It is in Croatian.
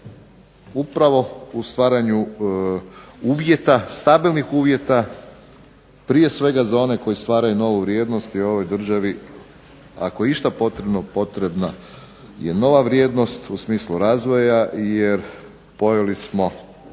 upravo u stvaranju uvjeta, stabilnih uvjeta, prije svega za one koji stvaraju novu vrijednost i u ovoj državi ako je išta potrebno, potrebna je nova vrijednost u smislu razvoja, jer pojeli smo